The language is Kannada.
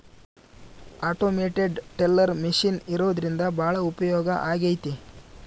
ಆಟೋಮೇಟೆಡ್ ಟೆಲ್ಲರ್ ಮೆಷಿನ್ ಇರೋದ್ರಿಂದ ಭಾಳ ಉಪಯೋಗ ಆಗೈತೆ